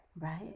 right